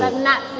ah not